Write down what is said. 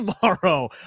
tomorrow